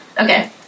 Okay